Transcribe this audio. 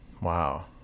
Wow